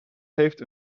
heeft